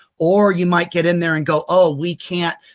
or you might get in there and go, ah we can't,